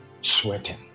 Sweating